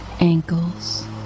ankles